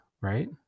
right